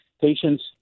patients